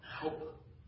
help